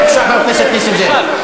בבקשה, חבר הכנסת נסים זאב.